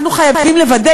אנחנו חייבים לוודא,